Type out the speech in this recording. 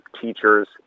teachers